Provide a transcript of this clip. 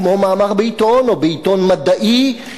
כמו מאמר בעיתון או בעיתון מדעי,